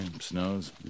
Snows